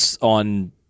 on